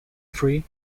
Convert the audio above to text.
free